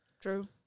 True